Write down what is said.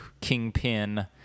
kingpin